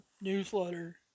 newsletter